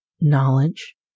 knowledge